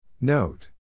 Note